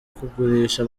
kugurisha